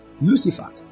Lucifer